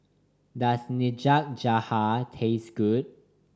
does Nikujaga taste good